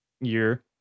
year